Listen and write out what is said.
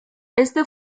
este